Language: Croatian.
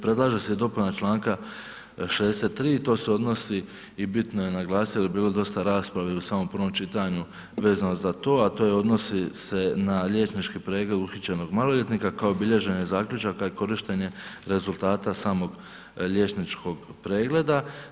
Predlaže se i dopuna članka 63., to se odnosi i bitno je naglasiti jer je bilo dosta rasprave i u samom prvom čitanju vezano za to a to je odnosi se na liječnički pregled uhićenog maloljetnike kao i bilježenje zaključaka i korištenje rezultata samog liječničkog pregleda.